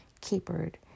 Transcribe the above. capered